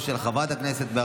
חבר הכנסת סימון דוידסון,